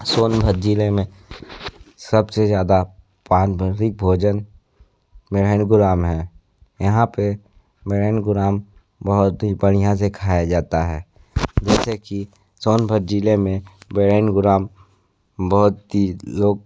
सोनभद्र ज़िले में सबसे ज़्यादा पारिवारिक भोजन नारायणपुरा में है यहाँ पर मयनगुराम बहुत ही बढ़िया से खाया जाता है जैसे कि सोनभद्र ज़िले में बेयेनगुराम बहोत ही लोग